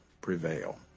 prevail